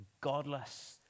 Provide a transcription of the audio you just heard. godless